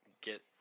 get